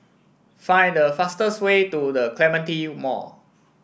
Find the fastest way to The Clementi Mall